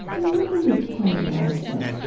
know, one thing you've pointed out is that